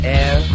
air